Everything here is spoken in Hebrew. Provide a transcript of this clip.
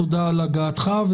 תודה על הגעתך לכאן.